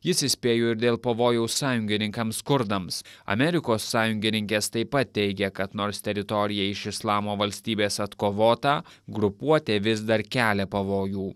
jis įspėjo ir dėl pavojaus sąjungininkams kurdams amerikos sąjungininkės taip pat teigia kad nors teritorija iš islamo valstybės atkovota grupuotė vis dar kelia pavojų